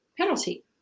penalty